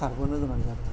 खारबोनो गोनां जाबाय